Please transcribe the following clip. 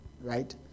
Right